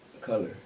color